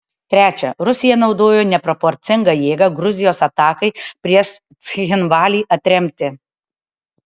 trečia rusija naudojo neproporcingą jėgą gruzijos atakai prieš cchinvalį atremti